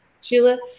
Sheila